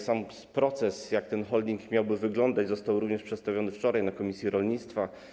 Sam proces, jak ten holding miałby wyglądać, został również przedstawiony wczoraj na posiedzeniu komisji rolnictwa.